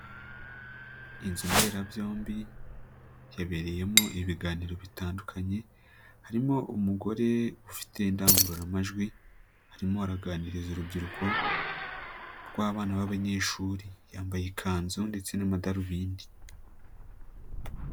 Inzu mberabyombi yabereyemo ibiganiro bitandukanye, harimo umugore ufite indangururamajwi, arimo araganiriza urubyiruko rw'abana b'abanyeshuri yambaye ikanzu ndetse n'amadarubindi.